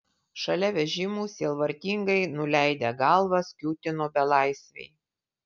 šalia vežimų sielvartingai nuleidę galvas kiūtino belaisviai